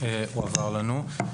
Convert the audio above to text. שהועבר לנו.